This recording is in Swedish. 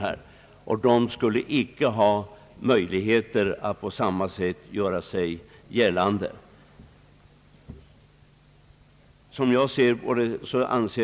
Dessa ledamöter skulle alltså inte ha möjligheter att göra sig gällande på samma sätt.